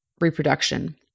reproduction